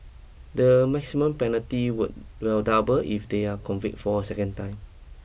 the maximum penalty would will double if they are convict for a second time